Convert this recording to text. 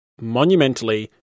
monumentally